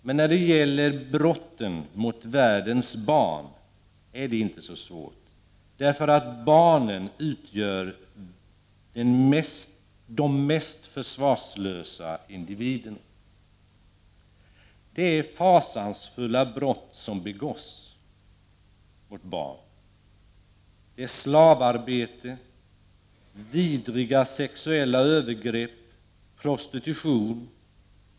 Men när det gäller brotten mot världens barn är det inte så svårt, därför att barnen utgör de mest försvarslösa individerna. Det är fasansfulla brott som begås mot barn — slavarbete, vidriga sexuella övergrepp, prostitution.